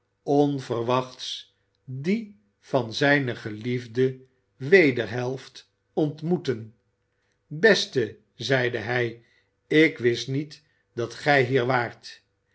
onverwachts die van zijne ge iefde wederhelft ontmoetten beste zeide hij ik wist niet dat gij hier waart